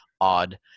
odd